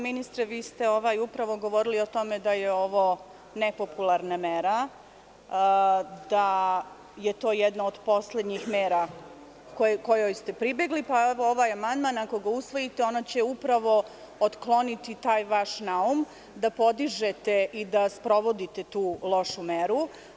Ministre, vi ste upravo govorili o tome da je ovo nepopularna mera, da je to jedna od poslednjih mera kojoj ste pribegli, pa evo ovaj amandman, ako ga usvojite, ona će upravo otkloniti taj vaš naum, da podižete i da sprovodite tu lošu meru.